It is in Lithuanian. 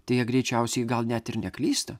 tai jie greičiausiai gal net ir neklysta